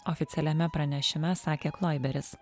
oficialiame pranešime sakė kloiberis